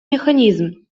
механизм